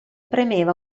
premeva